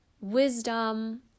wisdom